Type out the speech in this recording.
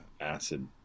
acid